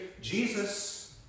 Jesus